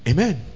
Amen